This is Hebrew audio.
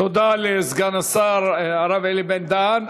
תודה לסגן השר הרב אלי בן-דהן.